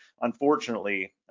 unfortunately